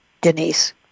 Denise